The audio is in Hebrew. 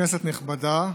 כנסת נכבדה,